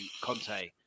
Conte